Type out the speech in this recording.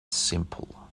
simple